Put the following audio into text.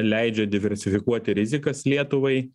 leidžia diversifikuoti rizikas lietuvai